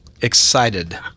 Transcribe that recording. excited